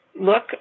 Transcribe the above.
look